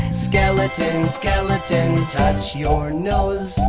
skeleton, and skeleton touch your nose.